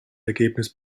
ergebnis